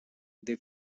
they